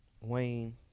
wayne